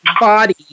Body